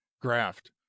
graft